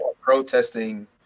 protesting